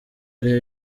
ariyo